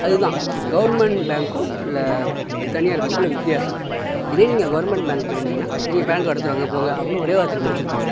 அது தான் கவுர்மெண்ட் பேங்க்கும் உள்ள தனியார் பேங்க்கும் உள்ள வித்தியாசம் இதே நீங்கள் கவுர்மெண்ட் பேங்க் போய்ருந்தீங்கன்னா நீங்கள் பேன் கார்டு எடுத்துகிட்டு வாங்க போங்க அப்டின்னு ஒரே வார்த்தையில் முடிச்சுருப்பாங்க